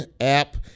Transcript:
app